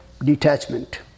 detachment